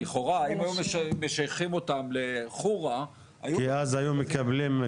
לכאורה אם היו משייכים אותם לחורא היו כי אז היו מקבלים,